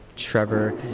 Trevor